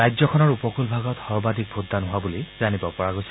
ৰাজ্যখনৰ উপকূলভাগত সৰ্বাধিক ভোটদান হোৱা বুলি জানিব পৰা গৈছে